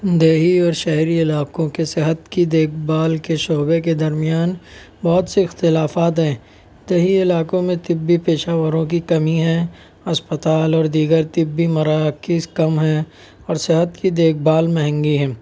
دیہی اور شہری علاقوں کے صحت کی دیکھ بھال کےشعبے درمیان بہت سے اختلافات ہیں دیہی علاقوں میں طبی پیشاوروں کی کمی ہے اسپتال اور دیگر طبی مراکز کم ہیں اور صحت کی دیکھ بھال مہنگی ہے